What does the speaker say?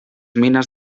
mines